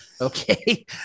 Okay